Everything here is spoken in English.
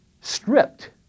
stripped